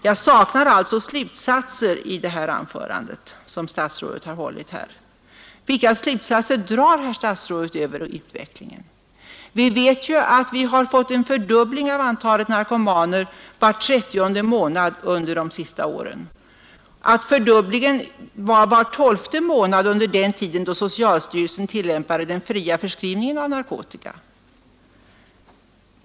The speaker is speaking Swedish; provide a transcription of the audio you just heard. Jag saknar alltså slutsatser i det anförande som statsrådet har hållit här. Vilka slutsatser drar herr statsrådet av utvecklingen? Vi vet ju att vi har fått en fördubbling av antalet narkomaner var trettionde månad under de senaste åren, att det var en fördubbling var tolfte månad under den tid då socialstyrelsen tillämpade den fria förskrivningen av narkotika.